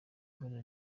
ibara